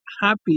happy